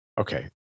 okay